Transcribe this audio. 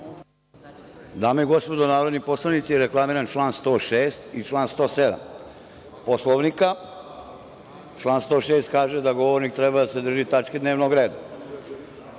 Dame i gospodo narodni poslanici, reklamiram član 106. i član 107. Poslovnika. Član 106. kaže da govornik treba da se drži tačke dnevnog reda.